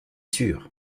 sûr